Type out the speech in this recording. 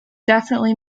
definitely